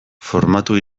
formatu